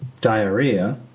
diarrhea